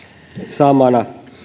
samana